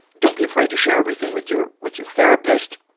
don't be afraid to share everything with your with your therapist,